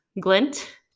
glint